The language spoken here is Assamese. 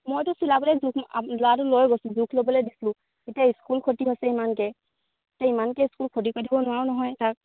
মইতো চিলাবলে জোখ ল'ৰাটো লৈ গৈছোঁ জোখ ল'বলে দিছিলোঁ এতিয়া স্কুল খতি হৈছে ইমানকে এতিয়া ইমানকে স্কুল খতি কৰি দিব নোৱাৰোঁ নহয় তাক